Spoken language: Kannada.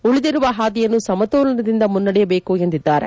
ಉಳಿದಿರುವ ಹಾದಿಯನ್ನು ಸಮತೋಲನದಿಂದ ಮುನ್ನಡೆಯಬೇಕು ಎಂದಿದ್ದಾರೆ